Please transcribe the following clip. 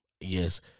Yes